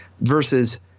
Versus